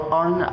on